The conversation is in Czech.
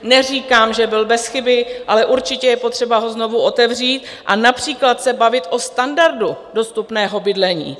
Neříkám, že byl bez chyby, ale určitě je potřeba ho znovu otevřít a například se bavit o standardu dostupného bydlení.